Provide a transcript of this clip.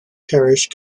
parish